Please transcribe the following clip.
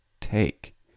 take